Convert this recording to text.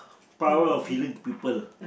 power of healing people